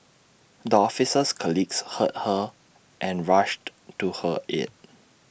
the officer's colleagues heard her and rushed to her aid